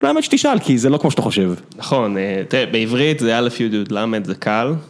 למה שתשאל כי זה לא כמו שאתה חושב. נכון, תראה בעברית זה א' י' י' ל'3 זה קל.